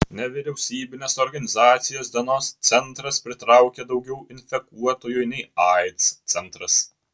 nevyriausybinės organizacijos dienos centras pritraukia daugiau infekuotųjų nei aids centras